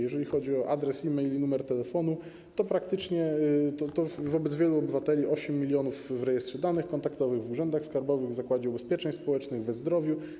Jeżeli chodzi o adres, e-mail i numer telefonu, to praktycznie te dane wielu obywateli, 8 mln są w Rejestrze Danych Kontaktowych, w urzędach skarbowych, w Zakładzie Ubezpieczeń Społecznych, w e-zdrowiu.